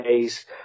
days